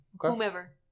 Whomever